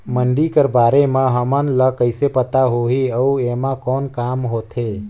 मंडी कर बारे म हमन ला कइसे पता होही अउ एमा कौन काम होथे?